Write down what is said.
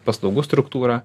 paslaugų struktūrą